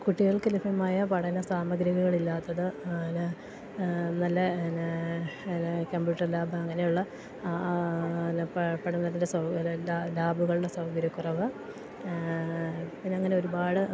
കുട്ടികൾക്ക് ലഭ്യമായ പഠന സാമഗ്രികളില്ലാത്തത് ന നല്ല എന്നാ എന്നാ കമ്പ്യൂട്ടർ ലാബ് അങ്ങനെയുള്ള പഠനത്തിൻ്റെ ലാബുകളുടെ സൗകര്യക്കുറവ് പിന്നങ്ങനെ ഒരുപാട്